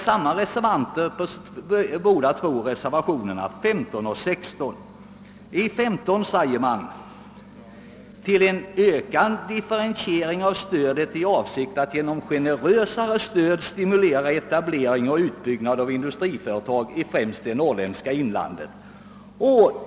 Samma personer står bakom både reservationen 15 och reservationen 16. I den förra säger de att »förslagen syftar till en ökad differentiering av stödet i avsikt att genom generösare stöd stimulera etableringar och utbyggnader av industriföretag i främst det norrländska inlandet».